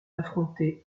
affronter